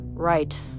Right